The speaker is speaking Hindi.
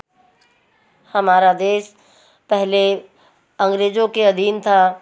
हमारा देस पहले अंग्रेजों के अधीन था